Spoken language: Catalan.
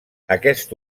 aquest